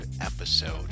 episode